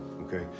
Okay